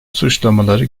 suçlamaları